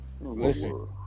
Listen